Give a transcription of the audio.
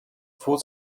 fuhr